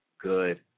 good